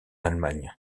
allemagne